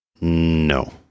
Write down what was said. No